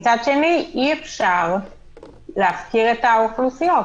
מצד שני, אי-אפשר להפקיר את האוכלוסיות.